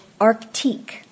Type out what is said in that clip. *Arctique*